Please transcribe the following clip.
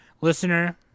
listener